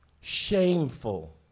shameful